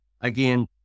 again